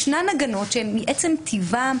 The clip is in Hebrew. יש הגנות שהן מעצם טיבן,